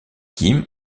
kim